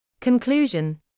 conclusion